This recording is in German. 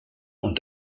und